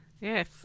Yes